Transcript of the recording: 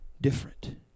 different